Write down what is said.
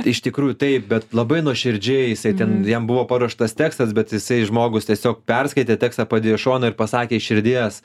iš tikrųjų taip bet labai nuoširdžiai jisai ten jam buvo paruoštas tekstas bet jisai žmogus tiesiog perskaitė tekstą padėjo į šoną ir pasakė iš širdies